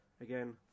Again